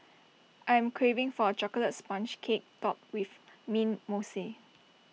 I am craving for A Chocolate Sponge Cake Topped with Mint Mousse